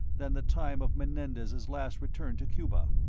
than the time of menendez's last return to cuba.